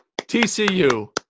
TCU